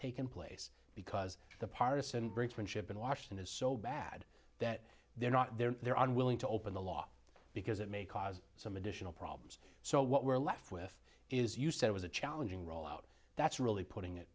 taken place because the partisan brinksmanship in washington is so bad that they're not there they're unwilling to open the law because it may cause some additional problems so what we're left with is you said it was a challenging rollout that's really putting it